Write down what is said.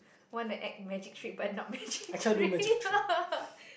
wanna act magic trick but not magic trick